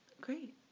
Great